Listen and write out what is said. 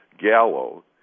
Gallo